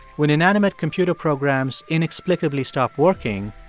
when inanimate computer programs inexplicably stop working,